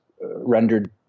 rendered